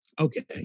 Okay